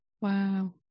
wow